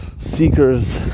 seekers